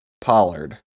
Pollard